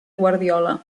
guardiola